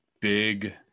big